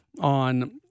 on